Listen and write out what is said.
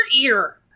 ear